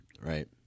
Right